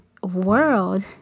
world